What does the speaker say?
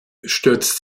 stürzt